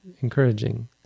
encouraging